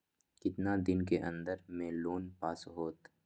कितना दिन के अन्दर में लोन पास होत?